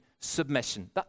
submission